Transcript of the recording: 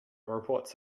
reports